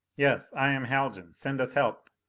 yes, i am haljan. send us help.